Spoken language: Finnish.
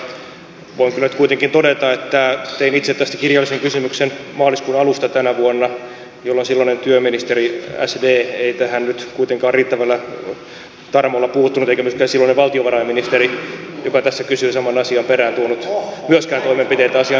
sosialidemokraattien toimista voin kyllä nyt kuitenkin todeta että tein itse tästä kirjallisen kysymyksen maaliskuun alussa tänä vuonna jolloin silloinen työministeri sd ei tähän nyt kuitenkaan riittävällä tarmolla puuttunut eikä myöskään silloinen valtiovarainministeri joka tässä kysyi saman asian perään tuonut toimenpiteitä asian suhteen